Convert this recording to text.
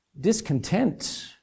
discontent